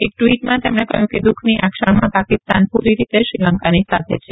એક ૈવીૈમાં તેમણે કહ્યું કે દુઃખની આ ક્ષણમાં પાકિસ્તાન પુરી રીતે શ્રીલંકા સાથે છે